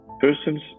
Persons